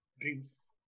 dreams